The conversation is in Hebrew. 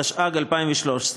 התשע"ג 2013,